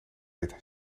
het